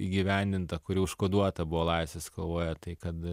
įgyvendinta kuri užkoduota buvo laisvės kovoje tai kad